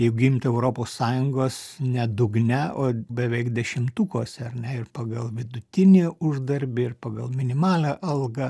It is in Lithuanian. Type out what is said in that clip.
jau gint europos sąjungos ne dugne o beveik dešimtukuose ar ne ir pagal vidutinį uždarbį ir pagal minimalią algą